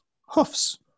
hoofs